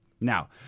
Now